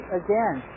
again